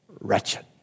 wretched